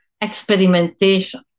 experimentation